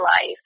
life